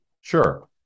Sure